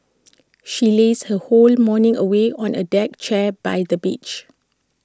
she lazed her whole morning away on A deck chair by the beach